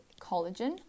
collagen